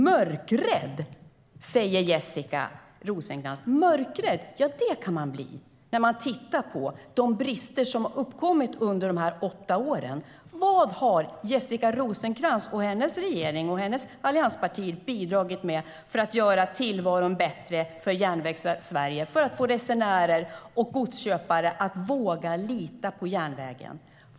Mörkrädd, säger Jessica Rosencrantz, och det kan man bli när man ser de brister som har uppkommit under de åtta åren. Vad har Jessica Rosencrantz, hennes regering och hennes alliansparti bidragit med för att göra tillvaron bättre för Järnvägssverige, för att få resenärer och godsköpare att våga lita på järnvägen?